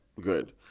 good